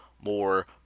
more